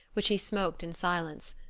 which he smoked in silence.